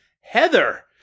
Heather